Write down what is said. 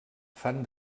fan